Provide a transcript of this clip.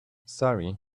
sorry